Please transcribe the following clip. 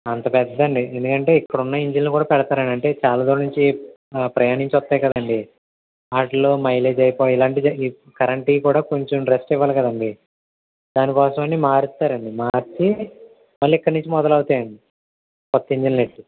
అంత పెద్దదండి ఎందుకంటే ఇక్కడున్న ఇంజిన్లు కూడా పెడతారండి అంటే చాలా రోజుల నుంచి ప్రయాణించి వస్తాయి కదండీ వాటిలో మైలేజ్ అయిపోయి ఇలాంటివి కరెంటియ్యి కూడా కొంచెం రెస్ట్ ఇవ్వాలికదండి దాని కోసం అని మారుస్తారండి మార్చీ మళ్ళీ ఇక్కడి నుంచి మొదలు అవుతాయి అండి కొత్త ఇంజిన్లు